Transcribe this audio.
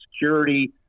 security